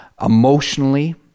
emotionally